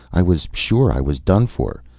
i was sure i was done for,